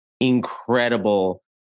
incredible